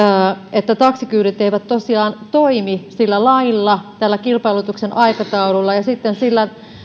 että taksikyydit eivät tosiaan toimi sillä lailla tällä kilpailutuksen aikataululla ja sitten sillä